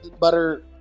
butter